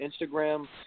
Instagram